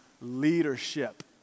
leadership